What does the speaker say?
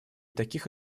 таких